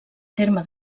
terme